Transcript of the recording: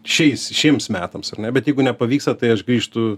šiais šiems metams ar ne bet jeigu nepavyksta tai aš grįžtu